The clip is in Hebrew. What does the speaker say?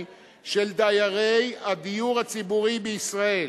של דיירי הדיור הציבורי בישראל.